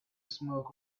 smoke